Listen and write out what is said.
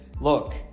look